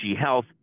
Health